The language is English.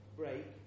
break